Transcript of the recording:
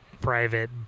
private